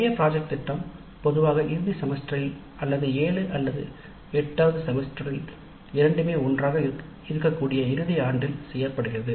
பெரிய திட்டம் பொதுவாக இறுதி செமஸ்டரில் அல்லது 7 மற்றும் 8 வது செமஸ்டர் இரண்டுமே ஒன்றாக இருக்கக்கூடிய இறுதி ஆண்டில் செய்யப்படுகிறது